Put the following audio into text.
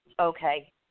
okay